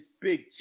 big